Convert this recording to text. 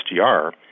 SGR